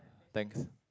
thanks